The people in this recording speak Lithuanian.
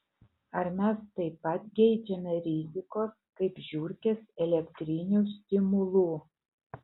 ar mes taip pat geidžiame rizikos kaip žiurkės elektrinių stimulų